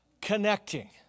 connecting